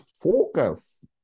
focus